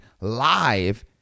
live